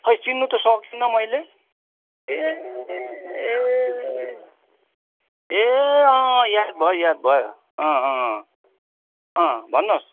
खोइ चिन्नु त सकिनँ मैले ए ए ए याद भयो याद भयो भन्नु होस्